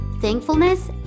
Thankfulness